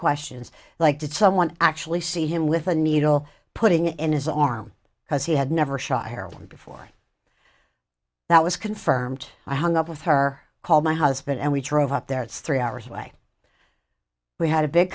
questions like did someone actually see him with a needle putting in his arm because he had never shot heroin before that was confirmed i hung up with her called my husband and we drove up there it's three hours away we had a big